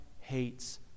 hates